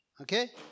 Okay